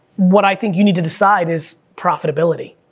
what i think you need to decide is, profitability.